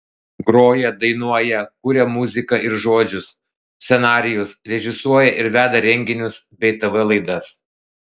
groja dainuoja kuria muziką ir žodžius scenarijus režisuoja ir veda renginius bei tv laidas